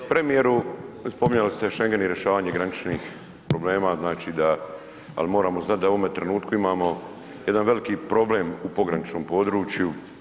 Premijeru, spominjali ste Schengen i rješavanje graničnih problema, znači da, ali moramo znati da u ovome trenutku imamo jedan veliki problem u pograničnom području.